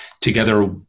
together